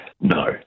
No